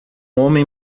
homem